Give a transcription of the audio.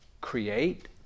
create